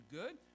good